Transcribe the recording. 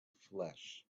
flesh